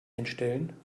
hinstellen